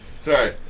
Sorry